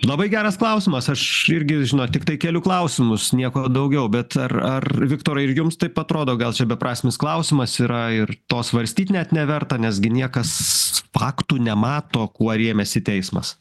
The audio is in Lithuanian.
labai geras klausimas aš irgi žinot tiktai keliu klausimus nieko daugiau bet ar ar viktorai ir jums taip atrodo gal čia beprasmis klausimas yra ir to svarstyt net neverta nes gi niekas faktų nemato kuo rėmėsi teismas